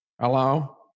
hello